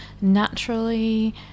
naturally